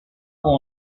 con